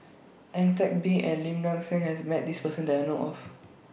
Ang Teck Bee and Lim Nang Seng has Met This Person that I know of